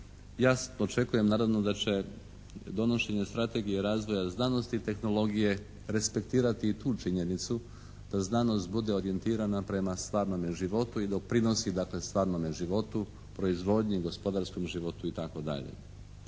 Ja očekujem naravno da će donošenje Strategije razvoja znanosti i tehnologije respektirati i tu činjenicu, da znanost bude orijentirana prema stvarnome životu i doprinosi dakle stvarnome životu, proizvodnji, gospodarskom životu itd.